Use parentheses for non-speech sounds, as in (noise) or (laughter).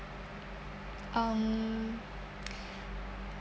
um (noise)